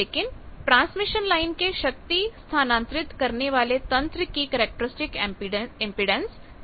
लेकिन transmission line के शक्ति स्थानांतरित करने वाले तंत्र की कैरेक्टरिस्टिक इम्पीडेन्स Zo है